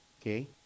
Okay